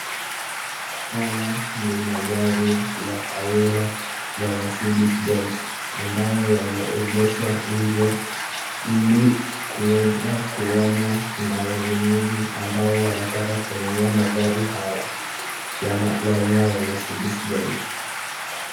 Haya ni magari aina ya Mercedes Benz ambayo yameegeshwa nje ilikuweza kuonwa na wanunuzi ambao wanataka kununua magari haya ya aina ya Mercedes Benz.